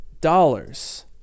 dollars